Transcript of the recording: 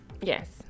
yes